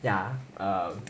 ya uh